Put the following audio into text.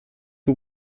who